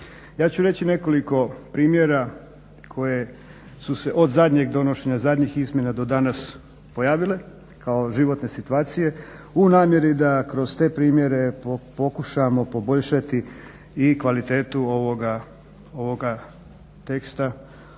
Ja ću reći nekoliko primjera koje su se od zadnjeg donošenja, zadnjih izmjena do danas pojavile kao životne situacije u namjeri da kroz te primjere pokušamo poboljšati i kvalitetu ovoga teksta o kojem